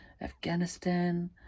Afghanistan